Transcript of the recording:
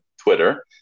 Twitter